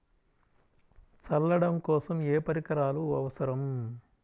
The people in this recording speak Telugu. చల్లడం కోసం ఏ పరికరాలు అవసరం?